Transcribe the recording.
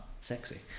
sexy